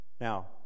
Now